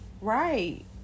Right